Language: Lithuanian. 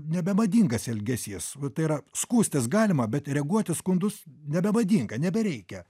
nebemadingas elgesys tai yra skųstis galima bet reaguot į skundus nebemadinga nebereikia